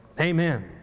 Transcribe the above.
Amen